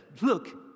look